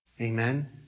Amen